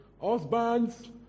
Husbands